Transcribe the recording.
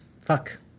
Fuck